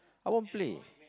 I won't play